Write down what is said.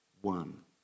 one